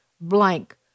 blank